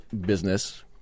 business